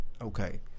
okay